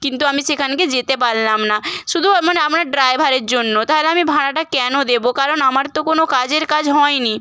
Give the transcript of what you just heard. কিন্তু আমি সেখানকে যেতে পারলাম না শুধু মানে আপনার ড্রাইভারের জন্য তাহলে আমি ভাড়াটা কেন দেবো কারণ আমার তো কোনো কাজের কাজ হয়নি